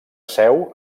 seu